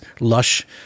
lush